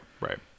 right